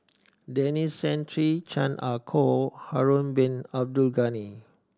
Denis Santry Chan Ah Kow Harun Bin Abdul Ghani